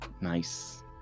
Nice